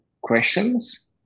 questions